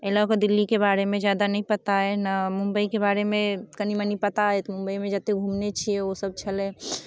एहि लऽ कऽ दिल्लीके बारेमे ज्यादा नहि पता अइ मुम्बइके बारेमे कनि मनि पता अइ मुम्बइमे जतेक घुमने छिए ओसब छलै